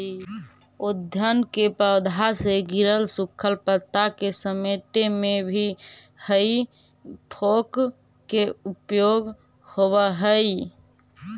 उद्यान के पौधा से गिरल सूखल पता के समेटे में भी हेइ फोक के उपयोग होवऽ हई